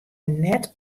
net